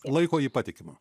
laiko jį patikimu